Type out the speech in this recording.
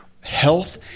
health